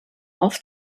oft